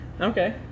Okay